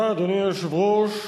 אדוני היושב-ראש,